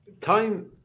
Time